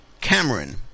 Cameron